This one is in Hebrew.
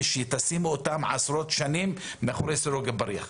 ושתשימו אותם עשרות שנים מאחורי סורג ובריח.